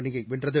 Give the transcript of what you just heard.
அணியை வென்றது